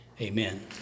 Amen